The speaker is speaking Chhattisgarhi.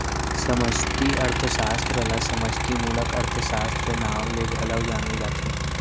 समस्टि अर्थसास्त्र ल समस्टि मूलक अर्थसास्त्र, नांव ले घलौ जाने जाथे